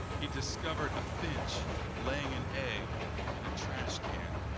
he discovered a finch laying an egg in a trash can.